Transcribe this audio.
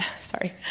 Sorry